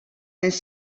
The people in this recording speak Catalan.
anys